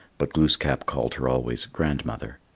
but glooskap called her always grandmother.